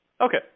Okay